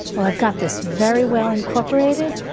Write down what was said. well, i've got this very well incorporated,